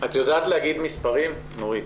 את יודעת להגיד מספרים, נורית?